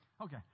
okay